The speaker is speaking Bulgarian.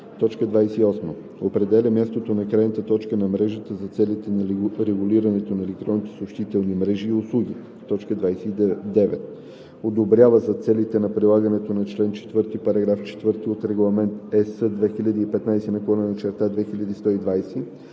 и 29: „28. определя мястото на крайната точка на мрежата за целите на регулирането на електронните съобщителни мрежи и услуги; 29. одобрява за целите на прилагането на чл. 4, параграф 4 от Регламент (ЕС) 2015/2120